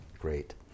Great